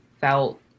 felt